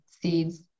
seeds